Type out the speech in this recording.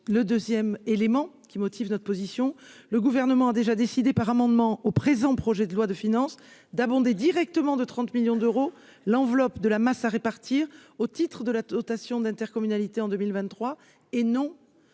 le 2ème, élément qui motive notre position, le gouvernement a déjà décidé par amendement au présent projet de loi de finances d'abonder directement de 30 millions d'euros, l'enveloppe de la masse à répartir au titre de la dotation d'intercommunalité en 2023 et non